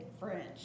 French